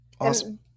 Awesome